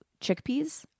chickpeas